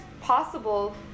possible